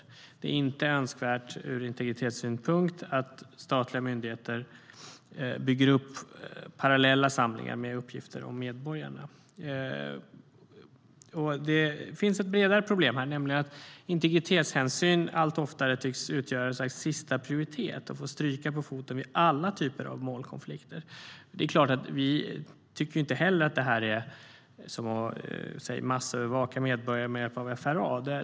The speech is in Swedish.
Det är inte önskvärt ur integritetssynpunkt att statliga myndigheter bygger upp parallella samlingar med uppgifter om medborgarna. Det finns ett bredare problem här, nämligen att integritetshänsyn allt oftare tycks utgöra något slags sista prioritet och får stryka på foten vid alla typer av målkonflikter. Det är klart att vi inte heller tycker att detta är som att massövervaka medborgare med hjälp av FRA.